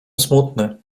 smutny